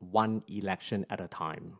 one election at a time